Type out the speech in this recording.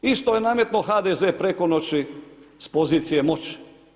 Isto je nametnuo HDZ preko noći s pozicijom moći.